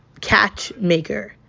Catchmaker